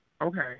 Okay